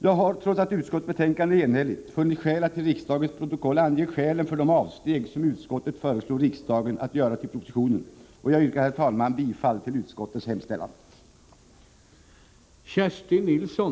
Jag har — trots att utskottsbetänkandet är enhälligt — funnit skäl att i riksdagens protokoll ange skälen för de avsteg från propositionen som utskottet föreslår riksdagen att göra, och jag yrkar, herr talman, bifall till utskottets hemställan.